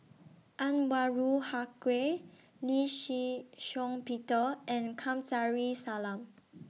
Anwarul Haque Lee Shih Shiong Peter and Kamsari Salam